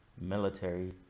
military